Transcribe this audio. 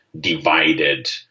divided